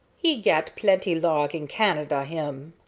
he gat plenty log in canada, him.